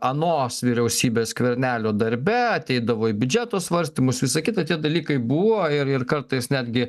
anos vyriausybės skvernelio darbe ateidavo į biudžeto svarstymus visa kita tie dalykai buvo ir ir kartais netgi